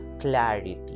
clarity